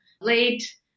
late